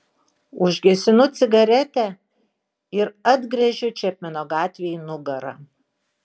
užgesinu cigaretę ir atgręžiu čepmeno gatvei nugarą